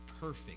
perfect